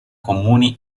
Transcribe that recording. comuni